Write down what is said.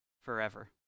forever